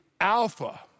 alpha